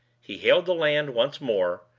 he hailed the land once more,